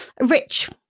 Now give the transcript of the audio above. rich